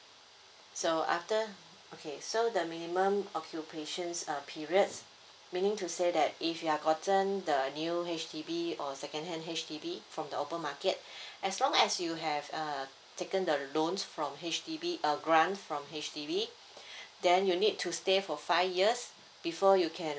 so after okay so the minimum occupations uh periods meaning to say that if you are gotten the new H_D_B or second hand H_D_B from the open market as long as you have err taken the loans from H_D_B a grant from H_D_B then you need to stay for five years before you can